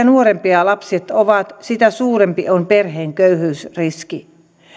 nuorempia lapset ovat sitä suurempi on perheen köyhyysriski